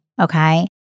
Okay